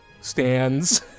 stands